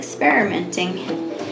experimenting